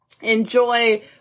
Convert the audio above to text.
enjoy